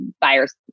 buyers